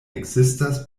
ekzistas